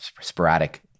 sporadic